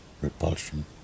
repulsion